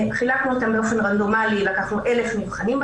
בשלב הראשון לקחנו 1,000 נבחנים,